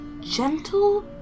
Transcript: Gentle